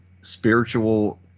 spiritual